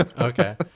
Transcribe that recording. Okay